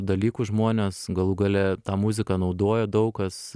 dalykų žmonės galų gale tą muziką naudoja daug kas